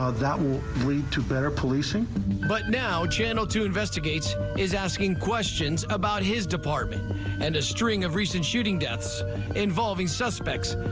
ah that will lead to better policing but now channel two investigates is asking questions about his department and a string of recent shooting deaths involving suspects.